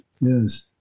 Yes